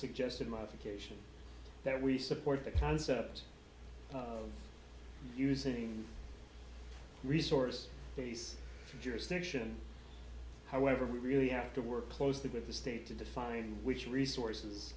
suggested modification that we support the concept of using resource base jurisdiction however we really have to work closely with the state to define which resources